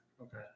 Okay